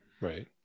Right